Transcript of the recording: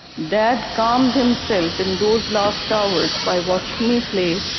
dad calmed himself in those last hours by watching me play,